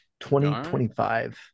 2025